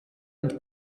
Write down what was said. and